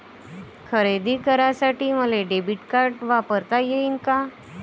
खरेदी करासाठी मले डेबिट कार्ड वापरता येईन का?